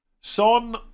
Son